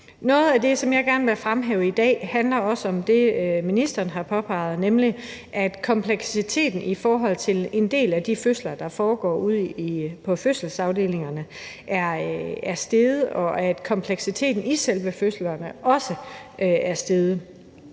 Noget af det, som jeg gerne vil fremhæve i dag, handler også om det, som ministeren har påpeget, nemlig at kompleksiteten i forhold til en del af de fødsler, der foregår ude på fødselsafdelingerne, er steget, og at kompleksiteten i selve fødslerne også er steget.